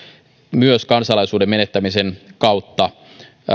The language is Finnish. myös kansalaisuuden menettämisen kautta